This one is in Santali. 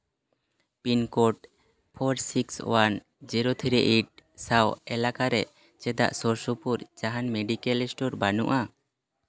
pin code four six one zero three eight ᱥᱟᱶ ᱮᱞᱟᱠᱟ ᱨᱮ ᱪᱮᱫᱟᱜ ᱥᱩᱨᱼᱥᱩᱯᱩᱨ ᱡᱟᱦᱟᱱ ᱢᱮᱰᱤᱠᱮᱞ ᱥᱴᱳᱨ ᱵᱟᱹᱱᱩᱜᱼᱟ